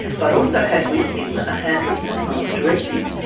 but also had with him a handwritten advance directive.